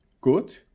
good